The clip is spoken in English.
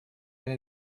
and